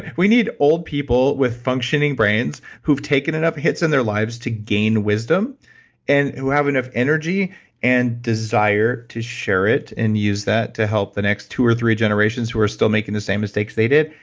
we need old people with functioning brains who've taken enough hits in their lives to gain wisdom and who have enough energy and desire to share it and use that to help the next two or three generations who are still making the same mistakes they did.